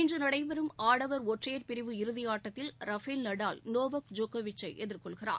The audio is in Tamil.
இன்று நடைபெறும் ஆடவர் ஒற்றையர் பிரிவு இறுதியாட்டத்தில் ரஃபேல் நடால் நோவக் ஜோக்கோவிச்சை எதிர்கொள்கிறார்